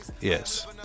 yes